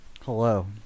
hello